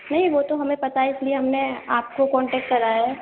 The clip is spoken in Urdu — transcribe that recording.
نہیں وہ تو ہمیں پتا ہے اس لیے ہم نے آپ کو کانٹیکٹ کرا ہے